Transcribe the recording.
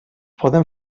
poden